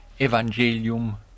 Evangelium